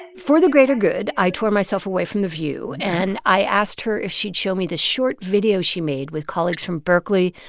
and for the greater good, i tore myself away from the view. and i asked her if she'd show me the short video she made with colleagues from berkeley,